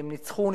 הן ניצחו.